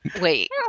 Wait